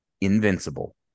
Invincible